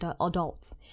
adults